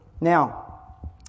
Now